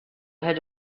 had